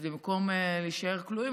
אז במקום להישאר כלואים,